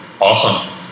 Awesome